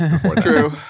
True